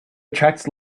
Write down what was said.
attracts